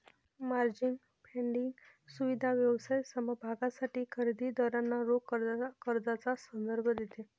margin funding सुविधा व्यवसाय समभागांसाठी खरेदी दारांना रोख कर्जाचा संदर्भ देते